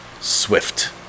swift